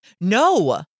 no